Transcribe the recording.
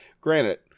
Granted